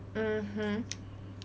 mmhmm